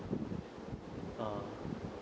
uh